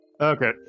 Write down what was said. Okay